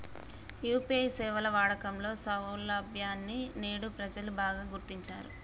UPI సేవల వాడకంలో సౌలభ్యాన్ని నేడు ప్రజలు బాగా గుర్తించారు